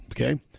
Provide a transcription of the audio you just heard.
okay